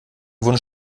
wurden